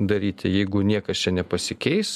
daryti jeigu niekas čia nepasikeis